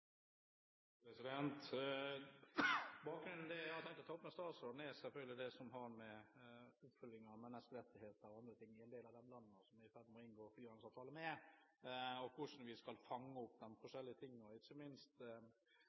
Det jeg har tenkt å ta opp med statsråden, er selvfølgelig det som går på oppfølging av menneskerettigheter og andre ting i en del av de landene som vi er i ferd med å inngå frihandelsavtaler med, og hvordan vi skal fange opp disse forskjellige tingene, ikke minst